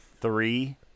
three